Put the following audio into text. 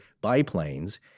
biplanes